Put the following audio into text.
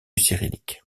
cyrillique